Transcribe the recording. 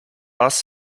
bus